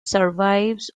survives